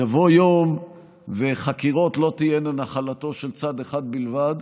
יבוא יום וחקירות לא תהיינה נחלתו של צד אחד בלבד.